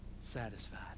satisfied